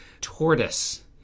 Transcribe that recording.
tortoise